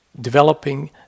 developing